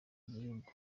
w’igihugu